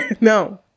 No